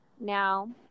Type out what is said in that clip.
Now